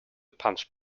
punch